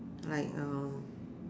like um